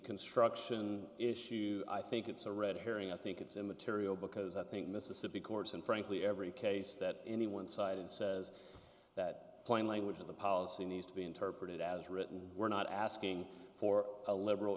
construction issue i think it's a red herring i think it's immaterial because i think mississippi courts and frankly every case that any one sided says that plain language of the policy needs to be interpreted as written we're not asking for a liberal